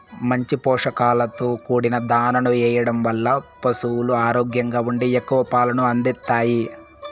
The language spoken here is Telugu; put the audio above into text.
మంచి పోషకాలతో కూడిన దాణాను ఎయ్యడం వల్ల పసులు ఆరోగ్యంగా ఉండి ఎక్కువ పాలను అందిత్తాయి